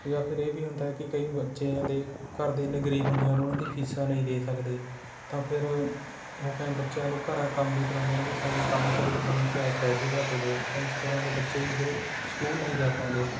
ਜਾਂ ਫਿਰ ਇਹ ਵੀ ਹੁੰਦਾ ਹੈ ਕਿ ਕਈ ਬੱਚਿਆਂ ਦੇ ਘਰ ਦੇ ਇੰਨੇ ਗ਼ਰੀਬ ਹੁੰਦੇ ਹਨ ਉਹਨਾਂ ਦੀ ਫ਼ੀਸਾਂ ਨਹੀਂ ਦੇ ਸਕਦੇ ਤਾਂ ਫਿਰ ਉਹ ਕ ਬੱਚਿਆਂ ਨੂੰ ਘਰ ਕੰਮ ਵੀ ਕਰਵਾਉਂਦੇ ਹਨ ਵੀ ਸਰ ਕੰਮ ਕਰੋ ਅਤੇ ਸਾਨੂੰ ਪੈ ਪੈਸੇ ਲਿਆ ਕੇ ਦਿਉ ਤਾਂ ਇਸ ਤਰ੍ਹਾਂ ਦੇ ਬੱਚੇ ਵੀ ਫਿਰ ਸਕੂਲ ਨਹੀਂ ਜਾ ਪਾਉਂਦੇ